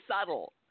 subtle